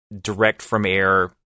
direct-from-air